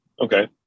Okay